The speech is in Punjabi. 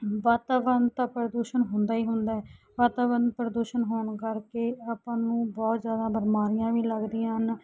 ਵਾਤਾਵਰਨ ਤਾਂ ਪ੍ਰਦੂਸ਼ਣ ਹੁੰਦਾ ਹੀ ਹੁੰਦਾ ਵਾਤਾਵਰਨ ਪ੍ਰਦੂਸ਼ਣ ਹੋਣ ਕਰਕੇ ਆਪਾਂ ਨੂੰ ਬਹੁਤ ਜ਼ਿਆਦਾ ਬਿਮਾਰੀਆਂ ਵੀ ਲੱਗਦੀਆਂ ਹਨ